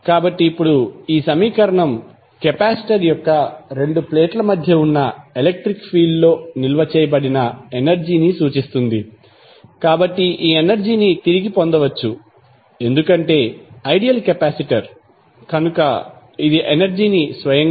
కాబట్టి ఇప్పుడు ఈ సమీకరణం కెపాసిటర్ యొక్క రెండు ప్లేట్ల మధ్య ఉన్న ఎలక్ట్రిక్ ఫీల్డ్ లో నిల్వ చేయబడిన ఎనర్జీ ని సూచిస్తుంది కాబట్టి ఈ ఎనర్జీ ని తిరిగి పొందవచ్చు ఎందుకంటే ఇది ఐడియల్ కెపాసిటర్ కనుక ఇది ఎనర్జీ ని స్వయంగా